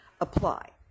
apply